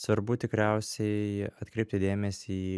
svarbu tikriausiai atkreipti dėmesį į